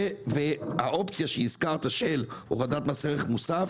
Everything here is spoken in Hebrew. האופציה שהזכרת של הורדת מס ערך מוסף,